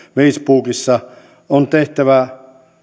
facebookissa on tehtävä